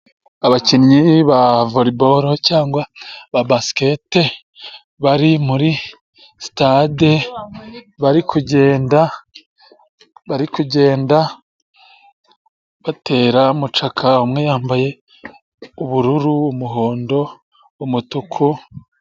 Abakinnyi ba volebolo cyangwa ba basikete bari muri sitade , bari kugenda batera mucaka . Umwe yambaye ubururu, umuhondo, umutuku.......